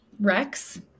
Rex